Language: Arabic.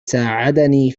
ساعدني